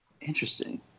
Interesting